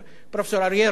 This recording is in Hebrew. פרופסור אריה רטנר.